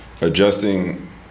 adjusting